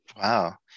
Wow